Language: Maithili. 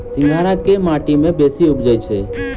सिंघाड़ा केँ माटि मे बेसी उबजई छै?